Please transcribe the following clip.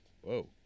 whoa